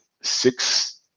six